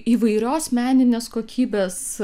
įvairios meninės kokybės